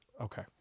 Okay